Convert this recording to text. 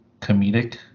comedic